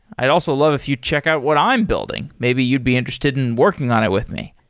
i'd also love if you check out what i'm building. maybe you'd be interested in working on it with me.